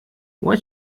what